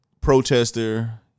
protester